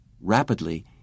Rapidly